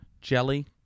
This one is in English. jelly